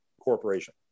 corporation